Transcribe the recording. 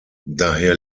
daher